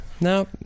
no